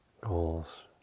goals